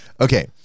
Okay